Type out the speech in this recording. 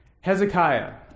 Hezekiah